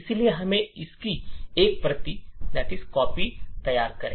इसलिए हमें इसकी एक प्रति तैयार करें